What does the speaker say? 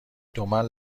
دمل